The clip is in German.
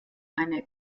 eine